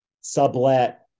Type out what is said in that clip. sublet